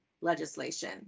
legislation